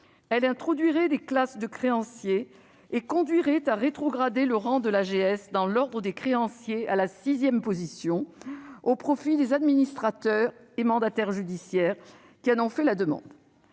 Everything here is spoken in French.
Elle introduirait des classes de créanciers et conduirait à rétrograder le rang de l'AGS dans l'ordre des créanciers à la sixième position, au profit des administrateurs et mandataires judiciaires qui en ont fait la demande.